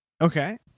Okay